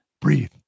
breathe